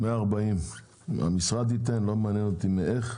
140 מיליון שקלים ייתן המשרד ולא מעניין אותי מהיכן.